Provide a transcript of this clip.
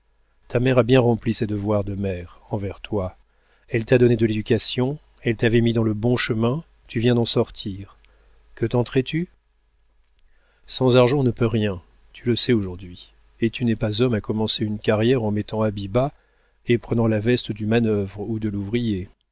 ta mère a bien rempli ses devoirs de mère envers toi elle t'a donné de l'éducation elle t'avait mis dans le bon chemin tu viens d'en sortir que tenterais tu sans argent on ne peut rien tu le sais aujourd'hui et tu n'es pas homme à commencer une carrière en mettant habit bas et prenant la veste du manœuvre ou de l'ouvrier